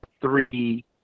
three